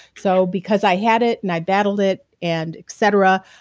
so because i had it and i battled it and et cetera,